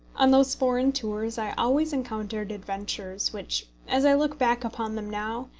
on those foreign tours i always encountered adventures, which, as i look back upon them now,